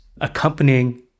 accompanying